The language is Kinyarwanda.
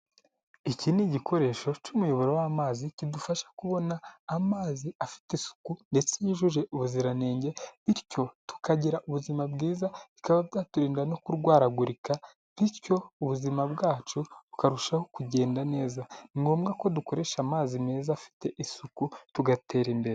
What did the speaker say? Iki ni igikoresho cy'umuyoboro w'amazi kidufasha kubona amazi afite isuku ndetse yujuje ubuziranenge, bityo tukagira ubuzima bwiza bikaba byaturinda no kurwaragurika, bityo ubuzima bwacu bukarushaho kugenda neza. Ni ngombwa ko dukoresha amazi meza afite isuku tugatera imbere.